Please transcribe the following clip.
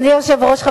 אדוני היושב-ראש,